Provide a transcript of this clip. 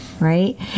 Right